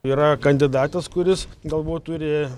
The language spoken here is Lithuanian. yra kandidatas kuris galbūt turi